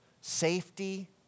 safety